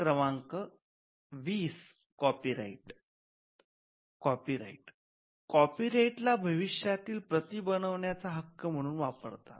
कॉपीराइटः कॉपीराइटला भविष्यातील प्रती बनविण्याचा हक्क म्हणून वापरतात